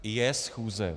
Je schůze.